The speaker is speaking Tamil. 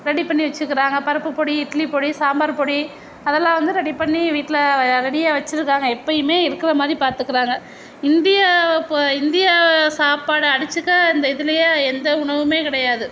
ரெடி பண்ணி வெச்சுக்கிறாங்க பருப்பு பொடி இட்லி பொடி சாம்பார் பொடி அதெல்லாம் வந்து ரெடி பண்ணி வீட்டில் ரெடியாக வெச்சுருக்காங்க எப்பயுமே இருக்கிற மாதிரி பாத்துக்கிறாங்க இந்தியாவை இந்திய சாப்பாடை அடிச்சுக்க இந்த இதுலேயே எந்த உணவும் கிடையாது